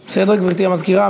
בסדר, גברתי המזכירה?